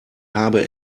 habe